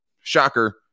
shocker